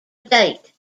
date